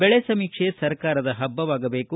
ಬೆಳೆ ಸಮೀಕ್ಷೆ ಸರ್ಕಾರದ ಹಬ್ಬವಾಗಬೇಕು